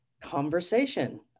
conversation